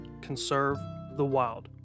conservethewild